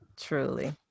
truly